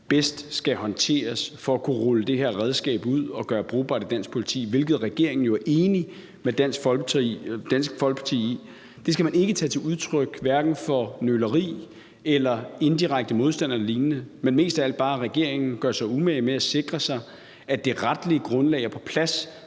bedst skal håndteres for at kunne rulle det her redskab ud og gøre det brugbart i dansk politi, hvilket regeringen jo er enige med Dansk Folkeparti i, så er det et udtryk for nøleri eller indirekte modstand eller lignende. Det er mest af alt bare et udtryk for, at regeringen gør sig umage med at sikre sig, at det retlige grundlag er på plads,